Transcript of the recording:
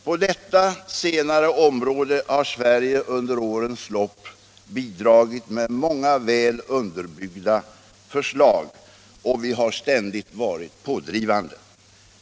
På detta område har Sverige under årens lopp bidragit med många väl underbyggda förslag, och vi har ständigt varit pådrivande.